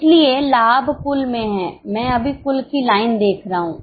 इसलिए लाभ कुल में है मैं अभी कुल की लाइन देख रहा हूं